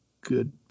good